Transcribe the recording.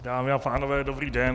Dámy a pánové dobrý den.